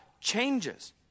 changes